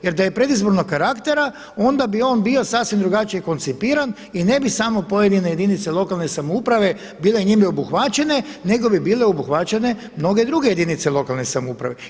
Jer da je predizbornog karaktera onda bi on bio sasvim drugačije koncipiran i ne bi samo pojedine jedinice lokalne samouprave bile njime obuhvaćene nego bi bile obuhvaćene mnoge druge jedinice lokalne samouprave.